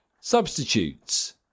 Substitutes